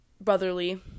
brotherly